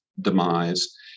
demise